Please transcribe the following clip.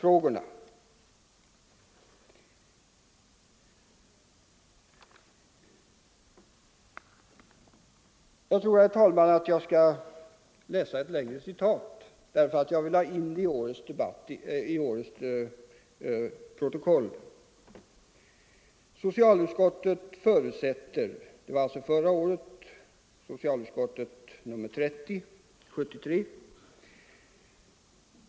Jag skall därför, herr talman, göra ett längre citat ur socialutskottets betänkande nr 30 år 1973 — jag vill ha med det i årets protokoll.